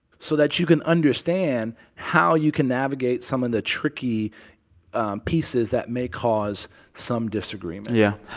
so that you can understand how you can navigate some of the tricky pieces that may cause some disagreement yeah.